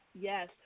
yes